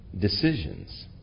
decisions